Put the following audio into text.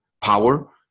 power